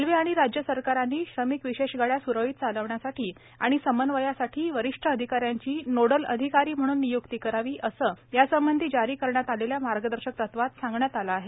railway आणि राज्य सरकारानी श्रमिक विशेष गाड़या सुरळीत चालवण्यासाठी आणि समन्वयासाठी वरिष्ठ अधिकाऱ्यांची नोडल अधिकारी म्हणून नियुक्ती करावी असे यासंबंधी जारी करण्यात आलेल्या मार्गदर्शक तत्वांत सांगण्यात आले आहे